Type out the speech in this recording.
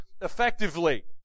effectively